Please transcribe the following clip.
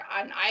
on